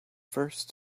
first